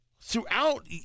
throughout